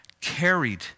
carried